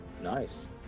Nice